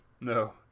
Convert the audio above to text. No